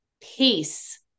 peace